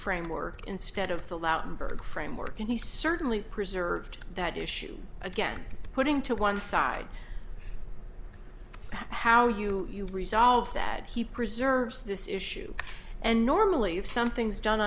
framework instead of the lautenberg framework and he certainly preserved that issue again putting to one side how you resolve that he preserves this issue and normally if something's done